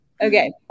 Okay